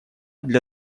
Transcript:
для